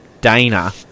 Dana